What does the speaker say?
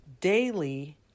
daily